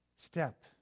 Step